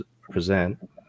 present